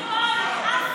לא ייאמן.